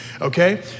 Okay